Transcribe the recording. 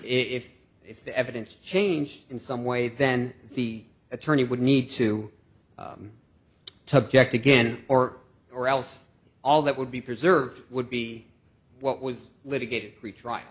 if if the evidence changed in some way then the attorney would need to to object again or or else all that would be preserved would be what was litigated pretr